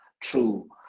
true